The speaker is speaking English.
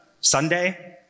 Sunday